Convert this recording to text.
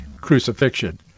crucifixion